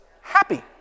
happy